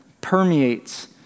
permeates